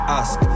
ask